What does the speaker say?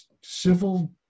civil